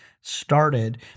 started